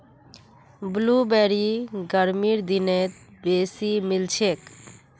blueberry गर्मीर दिनत बेसी मिलछेक